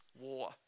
war